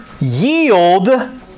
yield